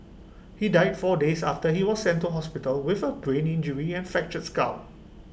he died four days after he was sent to hospital with A brain injury and fractured skull